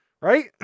right